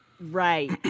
Right